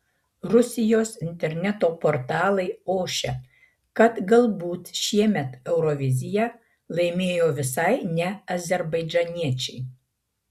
rusijos interneto portalai ošia kad galbūt šiemet euroviziją laimėjo visai ne azerbaidžaniečiai